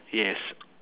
yes